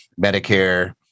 Medicare